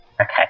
Okay